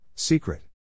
Secret